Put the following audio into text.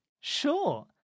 Sure